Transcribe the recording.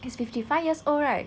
he's fifty five years old right